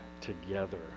together